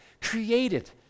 created